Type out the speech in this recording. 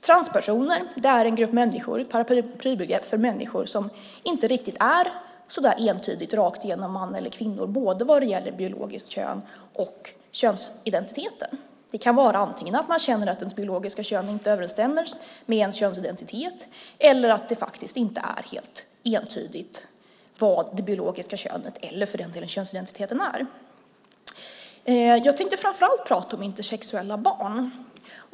Transpersoner är ett paraplybegrepp för människor som inte är så entydigt rakt igenom män eller kvinnor vad gäller både biologiskt kön och könsidentiteten. Det kan vara antingen att man känner att ens biologiska kön inte överensstämmer med ens könsidentitet eller att det inte är helt entydigt vad det biologiska könet eller för den delen könsidentiteten är. Jag tänkte framför allt prata om intersexuella barn.